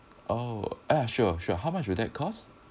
oh ya sure sure how much will that cost